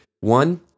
One